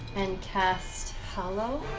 and cast hallow?